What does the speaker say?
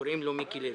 מיקי לוי.